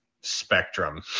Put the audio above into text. spectrum